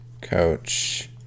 coach